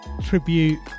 Tribute